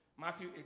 Matthew